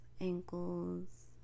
ankles